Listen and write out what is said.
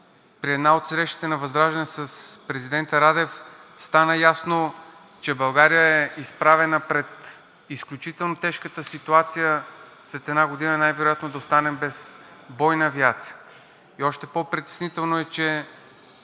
при една от срещите на ВЪЗРАЖДАНЕ с президента Радев стана ясно, че България е изправена пред изключително тежката ситуация след една година най-вероятно да останем без бойна авиация. Още по-притеснително е, че